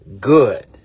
good